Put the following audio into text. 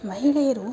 ಮಹಿಳೆಯರು